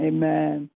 Amen